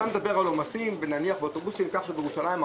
כשאתה מדבר על עומסים באוטובוסים ניקח למשל את ירושלים כי